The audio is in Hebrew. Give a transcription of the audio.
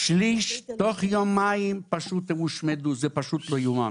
שליש תוך יומיים פשוט הושמדו, זה פשוט לא יאומן.